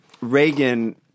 Reagan